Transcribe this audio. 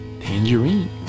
Tangerine